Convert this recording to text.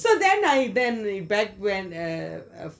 so then I then regret uh uh